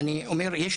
האמת היא